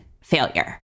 failure